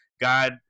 God